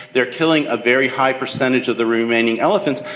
they're killing a very high percentage of the remaining elephants,